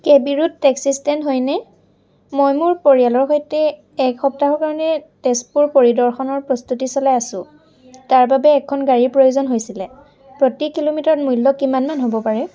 কে B road taxi stand হয়নে মই মোৰ পৰিয়ালৰ সৈতে এক সপ্তাহৰ কাৰণে তেজপুৰ পৰিদৰ্শনৰ প্ৰস্তুতি চলাই আছোঁ তাৰবাবে এখন গাড়ীৰ প্ৰয়োজন হৈছিলে প্ৰতি কিলোমিটাৰত মূল্য় কিমান মান হ'ব পাৰে